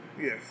Yes